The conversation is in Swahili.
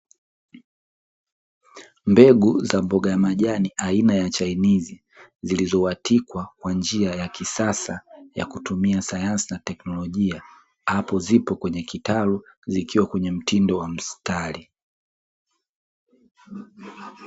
Mbegu za mboga ya majani aina ya chainizi, zilizoatikwa kwa njia ya kisasa ya kutumia sayansi na teknolojia, hapo zipo kwenye kitalu zikiwa kwenye mtindo wa mstari.